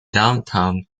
downtown